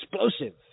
explosive